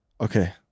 okay